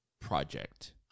project